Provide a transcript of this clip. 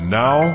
now